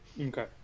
Okay